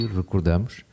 recordamos